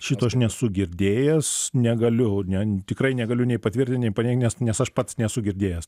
šito aš nesu girdėjęs negaliu ne tikrai negaliu nei patvirtint nei paneigt nes nes aš pats nesu girdėjęs